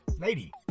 lady